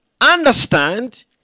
understand